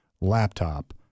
laptop